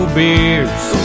beers